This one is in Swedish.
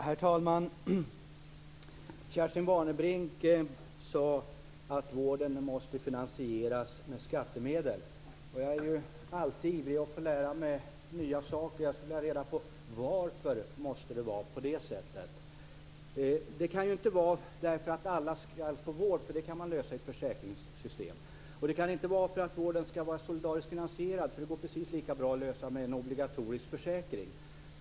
Herr talman! Kerstin Warnerbring sade att vården måste finansieras med skattemedel. Jag är alltid ivrig att lära mig nya saker, så jag skulle vilja ha reda på: Varför måste det vara på det sättet? Det kan ju inte vara därför att alla skall få vård - det kan man lösa genom ett försäkringssystem. Det kan inte vara därför att vården skall vara solidariskt finansierad - det går precis lika bra med en obligatorisk försäkring.